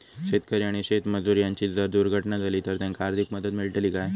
शेतकरी आणि शेतमजूर यांची जर दुर्घटना झाली तर त्यांका आर्थिक मदत मिळतली काय?